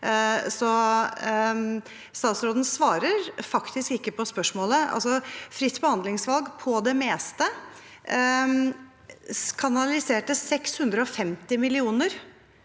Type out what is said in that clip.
Statsråden svarer faktisk ikke på spørsmålet. Fritt behandlingsvalg – på det meste – kanaliserte 650 mill.